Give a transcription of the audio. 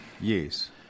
Yes